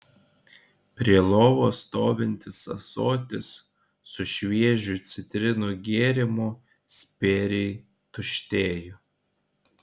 prie lovos stovintis ąsotis su šviežiu citrinų gėrimu spėriai tuštėjo